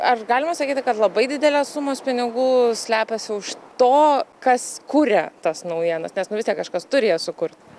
ar galima sakyti kad labai didelės sumos pinigų slepiasi už to kas kuria tas naujienas nes nu vis tiek kažkas turi jas sukurt